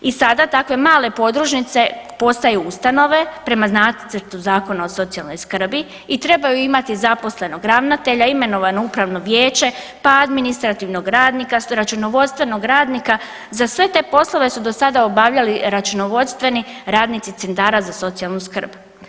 I sada takve male podružnice postaju ustanove prema nacrtu Zakona o socijalnoj skrbi i trebaju imati zaposlenog ravnatelja, imenovano upravo vijeće pa administrativnog radnika, računovodstvenog radnika, za sve te poslove su do sada obavljali računovodstveni radnici centara za socijalnu skrb.